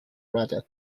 rudder